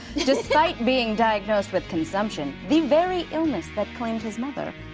despite being diagnosed with consumption, the very illness that claimed his mother.